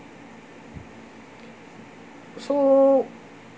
so